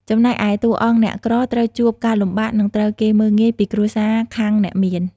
ចំណែកឯតួអង្គអ្នកក្រត្រូវជួបការលំបាក និងត្រូវគេមើលងាយពីគ្រួសារខាងអ្នកមាន។